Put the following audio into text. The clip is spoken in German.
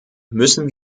müssen